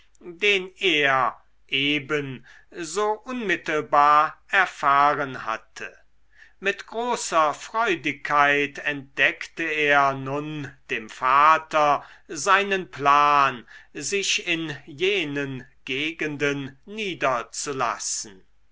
den er eben so unmittelbar erfahren hatte mit großer freudigkeit entdeckte er nun dem vater seinen plan sich in jenen gegenden niederzulassen